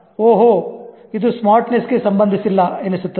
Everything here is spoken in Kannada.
ಓಹೋ ಇದು ಸ್ಮಾರ್ಟ್ ನೆಸ್ ಗೆ ಸಂಬಂಧಿಸಿಲ್ಲ ಎನಿಸುತ್ತದೆ